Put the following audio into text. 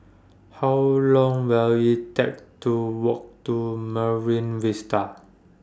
How Long Will IT Take to Walk to Marine Vista